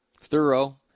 thorough